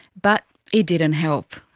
but it didn't help.